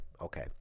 okay